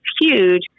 huge